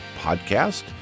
Podcast